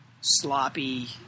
sloppy